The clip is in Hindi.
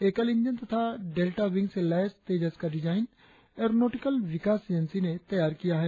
एकल इंजन तथा डेल्टा विंग से लैस तेजस का डिजाइन एरोनॉटिकल विकास एजेंसी ने तैयार किया है